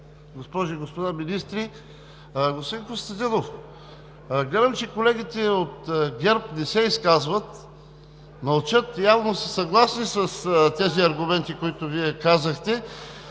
госпожи и господа министри! Господин Костадинов, гледам, че колегите от ГЕРБ не се изказват, мълчат. Явно са съгласни с тези аргументи, които Вие казахте.